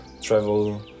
travel